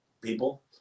people